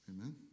Amen